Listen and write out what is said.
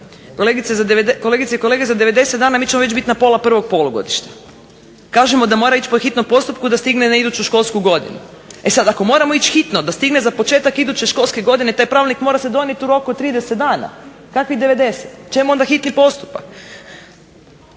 Kolegice i kolege za 90 dana mi ćemo već biti na pola prvog polugodišta. Kažemo da mora ići po hitnom postupku da stigne na iduću školsku godinu. E sad, ako moramo ići hitno da stigne za početak iduće školske godine taj pravilnik mora se donijeti u roku od 30 dana, kakvih 90? Čemu onda hitni postupak?